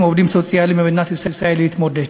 עובדים סוציאליים במדינת ישראל להתמודד.